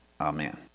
Amen